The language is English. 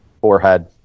Forehead